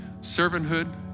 servanthood